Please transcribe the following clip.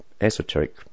esoteric